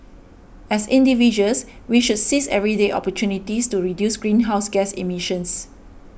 as individuals we should seize everyday opportunities to reduce greenhouse gas emissions